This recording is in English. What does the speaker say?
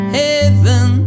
heaven